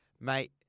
mate